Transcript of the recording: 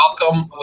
Welcome